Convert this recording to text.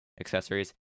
accessories